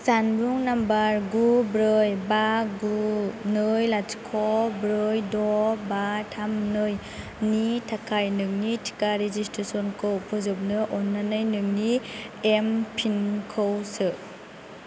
जानबुं नाम्बार गु ब्रै बा गु नै लाथिख' ब्रै द' बा थाम नै नि थाखाय नोंनि टिका रेजिस्ट्रेसनखौ फोजोबनो अन्नानै नोंनि एमपिनखौ सो